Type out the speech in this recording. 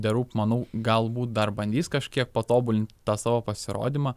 the roop manau galbūt dar bandys kažkiek patobulint tą savo pasirodymą